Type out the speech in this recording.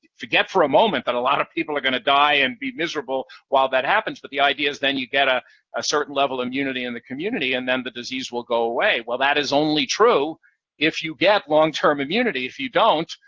forget for a moment that a lot of people are going to die and be miserable while that happens but the idea is that you get ah a certain level immunity in the and then the disease will go away. well, that is only true if you get long-term immunity. if you don't,